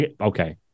okay